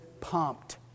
pumped